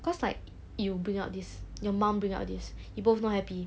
cause like you bring up this your mom bring up this you both more happy